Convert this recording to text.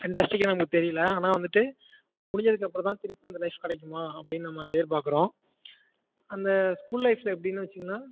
ஃபென்டாஸ்டிக்கே நமக்கு தெரியல ஆனால் வந்துட்டு அது முடிஞ்சதுக்கு அப்புறம் தான் திரும்ப அந்த லைஃப் கிடைக்குமா அப்படின்னு நம்ம எதிர்பார்க்குறோம் அந்த ஸ்கூல் லைஃப் எப்படின்னு வச்சுக்கோங்களேன்